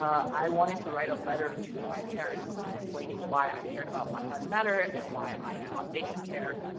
i wanted to write a letter to my parents explaining why i cared about black lives matter, and why i thought they should care,